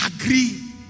agree